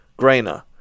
Grainer